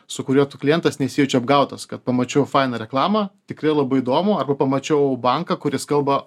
su kuriuo tu klientas nesijaučia apgautas kad pamačiau fainą reklamą tikrai labai įdomų ar pamačiau banką kuris kalba